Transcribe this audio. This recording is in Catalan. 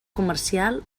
comercial